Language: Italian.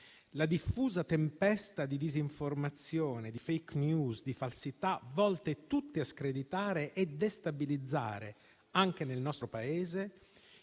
Una diffusa tempesta di disinformazione, di *fake news*, di falsità, volte tutte a screditare e destabilizzare, anche nel nostro Paese.